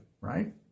right